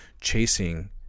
chasing